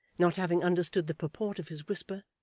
not having understood the purport of his whisper,